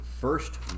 first